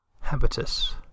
Habitus